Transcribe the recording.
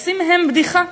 עושים מהם בדיחה.